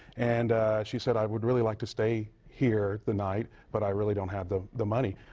and she said, i would really like to stay here the nights, but i really don't have the the money.